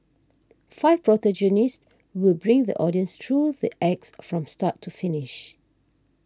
five protagonists will bring the audience through the acts from start to finish